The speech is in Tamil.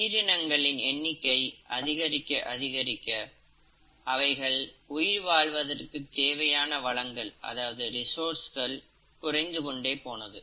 உயிரினங்களின் எண்ணிக்கை அதிகரிக்க அதிகரிக்க அவைகள் உயிர் வாழ்வதற்கு தேவையான வளங்கள் குறைந்து கொண்டே போனது